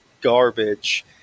garbage